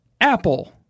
Apple